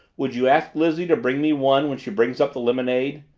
would you ask lizzie to bring me one when she brings up the lemonade?